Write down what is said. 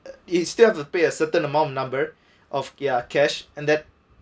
you still have to pay a certain amount of number of ya cash and that